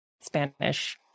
Spanish